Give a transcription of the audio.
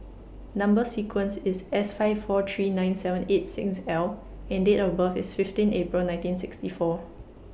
Number sequence IS S five four three nine seven eight six L and Date of birth IS fifteen April nineteen sixty four